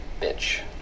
bitch